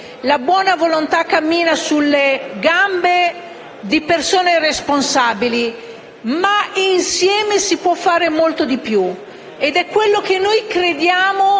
la buona volontà cammina sulle gambe di persone responsabili; ma insieme si può fare molto di più.